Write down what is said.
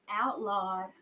outlawed